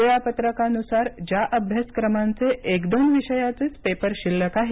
वेळापत्रकानुसार ज्या अभ्यासक्रमांचे एक दोन विषयाचेच पेपर शिल्लक आहेत